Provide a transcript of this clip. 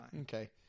Okay